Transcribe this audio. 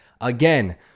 Again